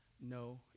no